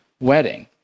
wedding